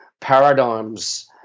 paradigms